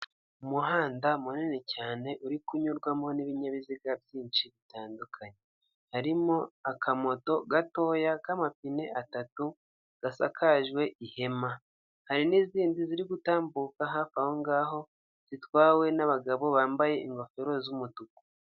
Umuhanda munini cyane uri kunyurwamo n'ibinyabiziga byinshi bitandukanye harimo akamoto gatoya k'amapine atatu gasakajwe ihema, hari n'izindi ziri gutambuka hafi aho ngaho zitwawe n'abagabo bambaye ingofero z'umutuku.